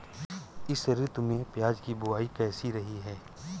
इस ऋतु में प्याज की बुआई कैसी रही है?